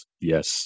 Yes